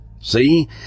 See